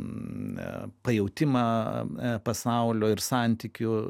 pajautimą pasaulio ir santykių